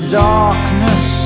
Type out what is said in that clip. darkness